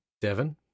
Devon